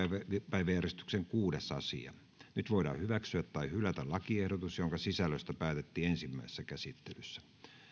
päiväjärjestyksen kuudes asia nyt voidaan hyväksyä tai hylätä lakiehdotus jonka sisällöstä päätettiin ensimmäisessä käsittelyssä